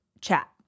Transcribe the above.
chat